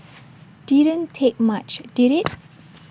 didn't take much did IT